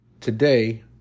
today